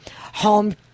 home